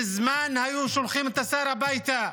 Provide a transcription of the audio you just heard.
מזמן היו שולחים את השר הביתה.